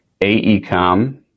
AECOM